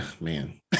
Man